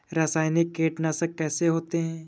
रासायनिक कीटनाशक कैसे होते हैं?